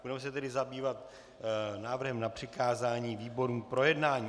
Budeme se tedy zabývat návrhem na přikázání výborům k projednání.